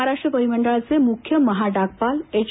महाराष्ट्र परीमंडळाचे मुख्य महा डाकपाल एच